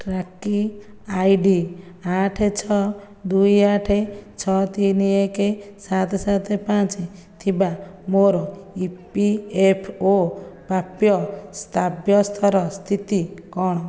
tracking I D ଆଠ ଛଅ ଦୁଇ ଆଠ ଛଅ ତିନି ଏକ ସାତ ସାତ ପାଞ୍ଚ ଥିବା ମୋର ଇ ପି ଏଫ୍ ଓ ପ୍ରାପ୍ୟ ସାବ୍ୟସ୍ତର ସ୍ଥିତି କଣ